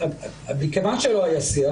מכיוון שלא היה שיח,